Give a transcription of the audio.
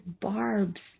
Barb's